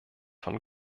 von